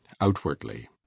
outwardly